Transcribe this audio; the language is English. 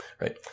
right